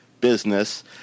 business